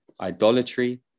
idolatry